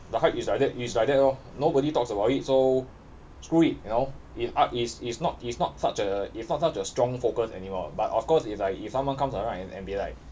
the height is like that is like that lor nobody talks about it so screw it you know if up it's it's it's not it's not such a it's not such a strong focus anymore but of course it's like if someone comes around and and be like